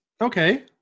Okay